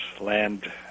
land